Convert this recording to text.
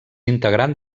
integrant